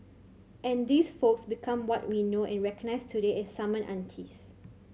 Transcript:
and these folks become what we know and recognise today as summon aunties